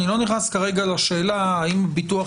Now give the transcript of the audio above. אני לא נכנס כרגע לשאלה האם הביטוח